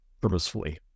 purposefully